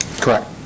Correct